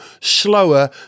slower